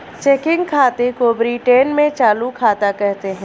checking खाते को Britain में चालू खाता कहते हैं